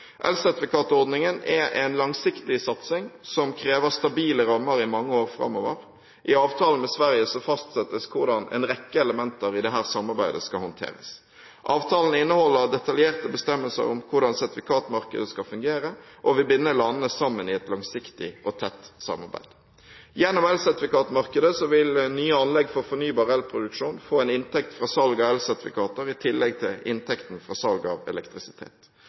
Elsertifikatordningen er en langsiktig satsing som krever stabile rammer i mange år framover. I avtalen med Sverige fastsettes hvordan en rekke elementer i dette samarbeidet skal håndteres. Avtalen innholder detaljerte bestemmelser om hvordan sertifikatmarkedet skal fungere, og vil binde landene sammen i et langsiktig og tett samarbeid. Gjennom elsertifikatmarkedet vil nye anlegg for fornybar elproduksjon få en inntekt fra salg av elsertifikater i tillegg til inntekten fra salg av elektrisitet.